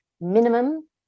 minimum